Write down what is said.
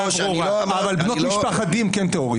אבל בנות משפחת די הם כן טרוריסטים.